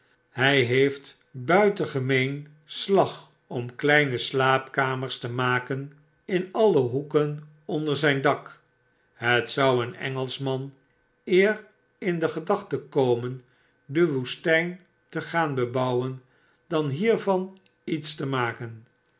hij heeft buitengemeen slag om kleine slaapkamers te maken in alle hoeken onder zijn dak het zou een engelschman eer in de gedachte komen de woestijn te gaan bebouwen dan hiervan iets te maken